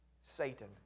Satan